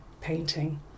painting